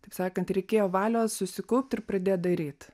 taip sakant reikėjo valios susikaupt ir pradėt daryt